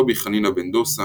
רבי חנינא בן דוסא